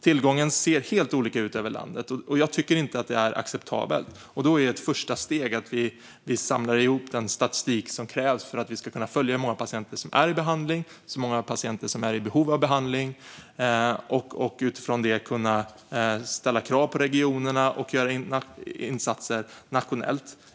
Tillgången ser helt olika ut över landet. Jag tycker inte att det är acceptabelt. Då är ett första steg att vi samlar ihop den statistik som krävs för att vi ska kunna följa hur många patienter som är i behandling och hur många patienter som är i behov av behandling för att utifrån det kunna ställa krav på regionerna och göra insatser nationellt.